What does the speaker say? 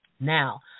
Now